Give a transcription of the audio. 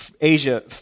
Asia